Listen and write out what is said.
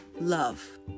love